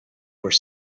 were